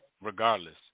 regardless